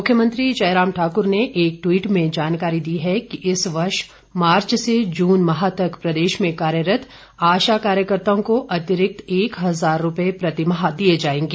मुख्यमंत्री जयराम ठाकुर ने एक ट्वीट में जानकारी दी है कि इस वर्ष मार्च से जून माह तक प्रदेश में कार्यरत आशा कार्यकर्ताओं को अतिरिक्त एक हजार रूपए प्रति माह दिए जाएंगे